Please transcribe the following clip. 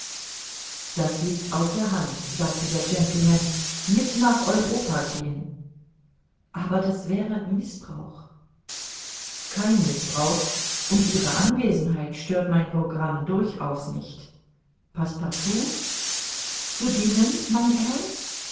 das liegt auf der hand sagte der gentleman mit nach europa gehen aber das wäre mißbrauch kein mißbrauch und ihre anwesenheit stört mein programm durchaus nicht passepartout zu dienen mein herr